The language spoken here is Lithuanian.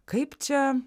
kaip čia